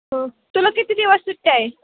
हो तुला किती दिवस सुट्ट्या आहे